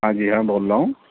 ہاں جی ہاں بول رہا ہوں